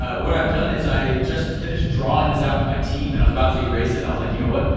what i've done, is i just finished drawing this out for my team and i was about to erase and i was like, you know what,